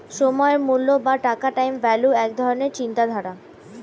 সময়ের মূল্য বা টাকার টাইম ভ্যালু এক ধরণের চিন্তাধারা